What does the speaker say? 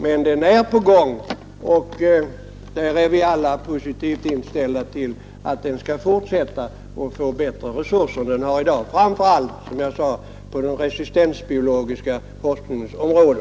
Men den är på gång, och vi är alla positivt inställda till att den skall fortsätta och få bättre resurser än den har i dag, framför allt — som jag sade — på den resistensbiologiska forskningens område.